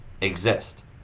exist